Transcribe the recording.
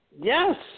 Yes